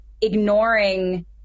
ignoring